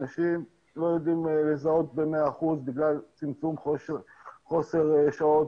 אנשים לא יודעים לזהות במאה אחוז בגלל צמצום וחוסר שעות,